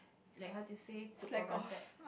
like how to say took for granted